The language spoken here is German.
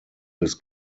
bis